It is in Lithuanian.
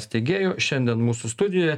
steigėjų šiandien mūsų studijoe